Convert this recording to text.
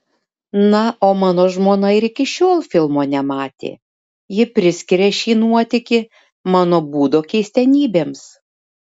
na o mano žmona ir iki šiol filmo nematė ji priskiria šį nuotykį mano būdo keistenybėms